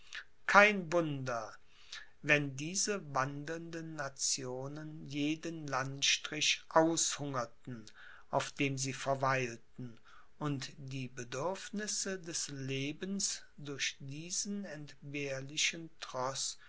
kein wunder wenn diese wandelnden nationen jeden landstrich aushungerten auf dem sie verweilten und die bedürfnisse des lebens durch diesen entbehrlichen troß